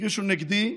הגישו נגדי,